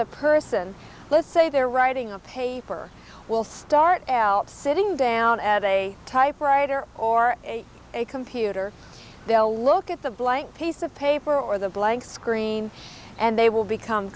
a person let's say they're writing a paper will start out sitting down at a typewriter or a computer they'll look at the blank piece of paper or the blank screen and they will become